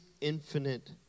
infinite